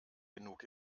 genug